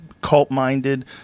cult-minded